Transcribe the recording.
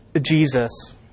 Jesus